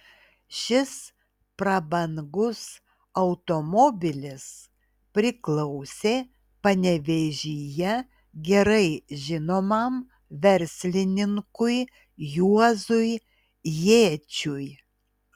šis prabangus automobilis priklausė panevėžyje gerai žinomam verslininkui juozui jėčiui